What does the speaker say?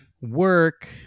work